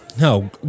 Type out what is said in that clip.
No